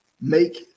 Make